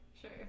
Sure